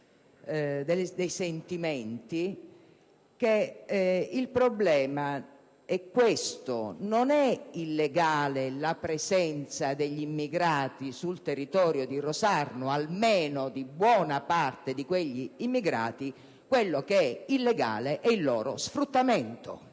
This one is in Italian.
dei sentimenti - che il problema è questo: non è illegale la presenza degli immigrati sul territorio di Rosarno (almeno di buona parte di quegli immigrati); quello che è illegale è il loro sfruttamento.